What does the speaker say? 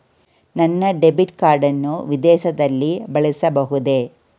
ನನ್ನ debit card ಅನ್ನು ವಿದೇಶದಲ್ಲಿ ಬಳಸಬಹುದೇ?